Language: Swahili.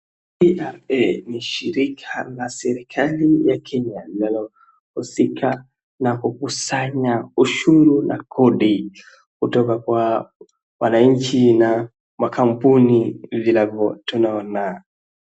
Hii ni shirika la serikali ya Kenya inayohusika na kukusanya ushuru na kodi kutoka kwa wananchi na makampuni tunavyoona.